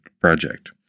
project